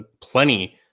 plenty